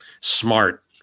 smart